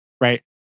right